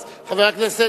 פה.